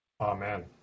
Amen